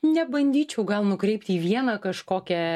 nebandyčiau gal nukreipti į vieną kažkokią